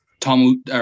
Tom